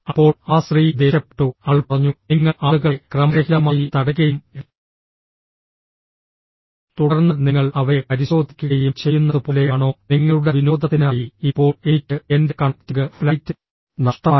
അപ്പോൾ ആ സ്ത്രീ ദേഷ്യപ്പെട്ടു അവൾ പറഞ്ഞു നിങ്ങൾ ആളുകളെ ക്രമരഹിതമായി തടയുകയും തുടർന്ന് നിങ്ങൾ അവരെ പരിശോധിക്കുകയും ചെയ്യുന്നത് പോലെയാണോ നിങ്ങളുടെ വിനോദത്തിനായി ഇപ്പോൾ എനിക്ക് എന്റെ കണക്റ്റിംഗ് ഫ്ലൈറ്റ് നഷ്ടമായി